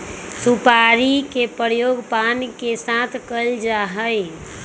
सुपारी के प्रयोग पान के साथ कइल जा हई